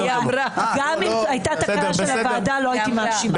גם אם הייתה תקלה של הוועדה לא הייתי מאשימה,